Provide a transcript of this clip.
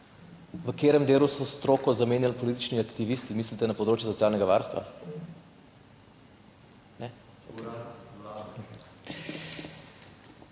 V katerem delu so stroko zamenjali politični aktivisti? Mislite na področju socialnega varstva? /